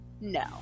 no